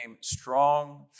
strong